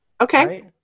Okay